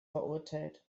verurteilt